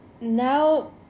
now